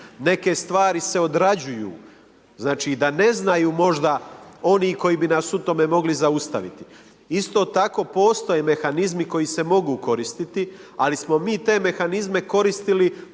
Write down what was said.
neke stvari se odrađuju. Znači da ne znaju možda oni koji bi nas u tome mogli zaustaviti. Isto tako postoje mehanizmi koji se mogu koristiti ali smo mi te mehanizme koristili